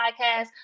podcast